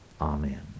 Amen